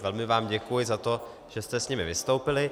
Velmi vám děkuji za to, že jste s nimi vystoupili.